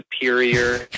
superior